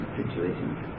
situations